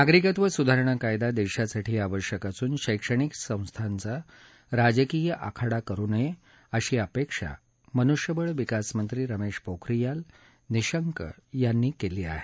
नागरिकत्व सुधारणा कायद्या देशासाठी आवश्यक असून शैक्षणिक संस्थांचा राजकीय आखाडा करु नये अशी अपेक्षा मनुष्यबळ विकास मंत्री रमेश पोखरियाल निशंक यांनी केली आहे